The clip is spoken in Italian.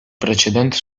precedente